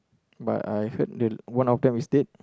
but I heard that one of them is dead